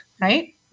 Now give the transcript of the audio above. right